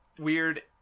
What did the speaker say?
weird